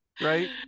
right